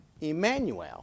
Emmanuel